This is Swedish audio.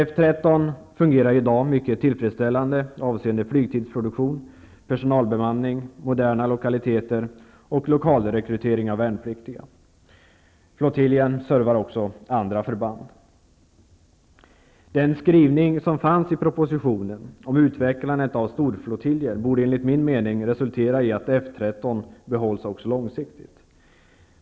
F 13 fungerar i dag mycket tillfredsställande avseende flygtidsproduktion, personalbemanning, moderna lokaliteter och lokalrekrytering av värnpliktiga. Flottiljen servar också andra förband. Den skrivning om utvecklande av storflottiljer som fanns i propositionen borde enligt min mening resultera i att F 13 behålls också långsiktigt.